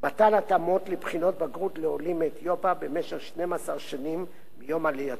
מתן התאמות לבחינות בגרות לעולים מאתיופיה במשך 12 שנים מיום עלייתם,